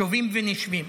שובים ונשבים.